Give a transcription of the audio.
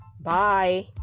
bye